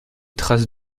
trace